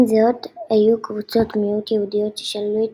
עם זאת היו קבוצות מיעוט יהודיות ששללו את